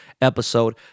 episode